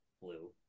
blue